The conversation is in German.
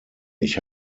ich